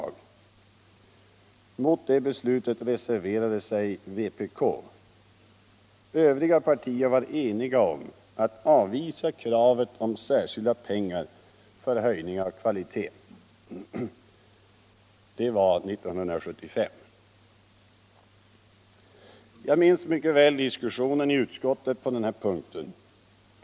—- Det var 1974. Jag minns mycket väl diskussionen i utskottet på den här punkten.